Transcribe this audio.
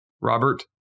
Robert